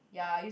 ya I use